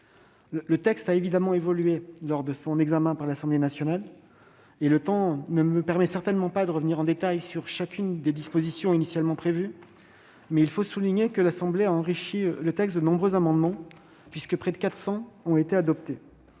le texte a évidemment évolué lors de son examen par l'Assemblée nationale et, si le temps ne me permet pas de revenir en détail sur chacune des dispositions initialement prévues, je tiens à souligner que l'Assemblée nationale l'a enrichi de nombreux amendements, près de 400 ayant été adoptés.